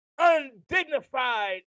undignified